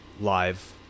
live